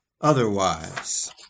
otherwise